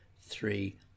three